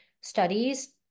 studies